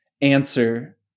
answer